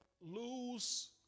lose